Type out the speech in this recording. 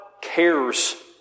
cares